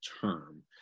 term